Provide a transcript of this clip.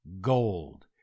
gold